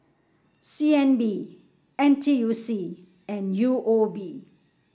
C N B N T U C and U O B